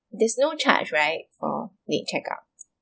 there's no charge right for late check out